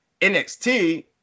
NXT